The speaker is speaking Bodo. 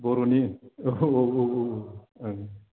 बर'नि औ औ औ औ